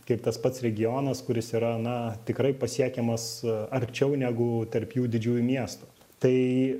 kaip tas pats regionas kuris yra na tikrai pasiekiamas arčiau negu tarp jų didžiųjų miestų tai